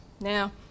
Now